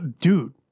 dude